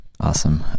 Awesome